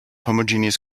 homogeneous